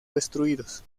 destruidos